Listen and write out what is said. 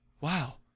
wow